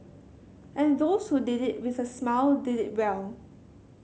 and those who did it with a smile did it well